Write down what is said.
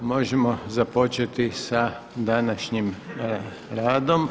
Možemo započeti sa današnjim radom.